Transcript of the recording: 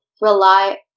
rely